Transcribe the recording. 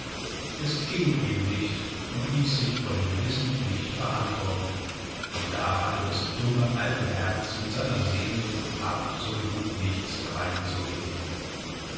es ging eben nicht und ließ sich vor dem gewissen nicht verantworten und da hatte das dumme alte herz mit seiner sehnsucht absolut nichts drein zu reden